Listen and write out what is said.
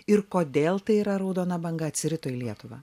ir kodėl tai yra raudona banga atsirito į lietuvą